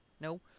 No